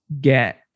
get